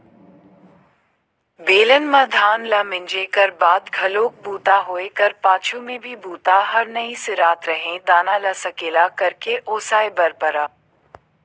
बेलन म धान ल मिंजे कर बाद घलोक बूता होए कर पाछू में भी बूता हर नइ सिरात रहें दाना ल सकेला करके ओसाय बर परय